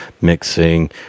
mixing